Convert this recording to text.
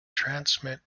transmit